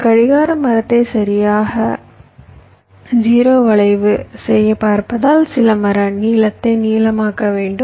ஒரு கடிகார மரத்தை சரியாக 0 வளைவு செய்ய பார்ப்பதால் சில மர நீளத்தை நீளமாக்க வேண்டும்